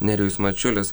nerijus mačiulis